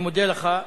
אני מודה לך.